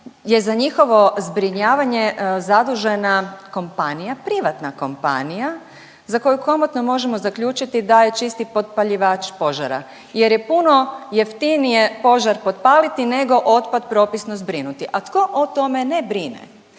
je za njihovo zbrinjavanje zadužena kompanija, privatna kompanija za koju komotno možemo zaključiti da je čisti potpaljivač požara jer je puno jeftinije požar potpaliti nego otpad propisno zbrinuti, a tko o tome ne brine?